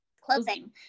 closing